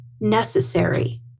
necessary